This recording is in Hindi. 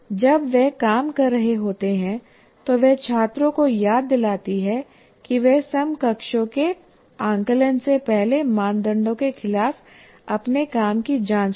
जब वे काम कर रहे होते हैं तो वह छात्रों को याद दिलाती हैं कि वे समकक्षों के आकलन से पहले मानदंडों के खिलाफ अपने काम की जांच करें